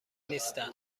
نیستند